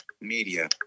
media